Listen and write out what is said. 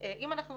אם אנחנו